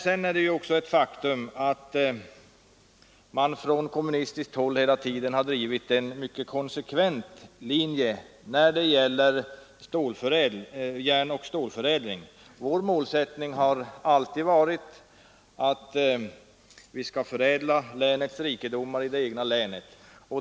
Sedan är det också ett faktum att man från kommunistiskt håll hela tiden har drivit en mycket konsekvent linje när det gällt järnoch stålförädling. Vår målsättning har alltid varit att Norrbottens rikedomar skall förädlas inom det egna länet.